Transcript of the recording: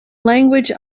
language